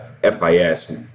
FIS